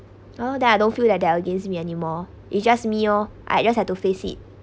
oh then I don't feel that they're against me anymore it just me oh I just had to face it